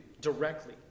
directly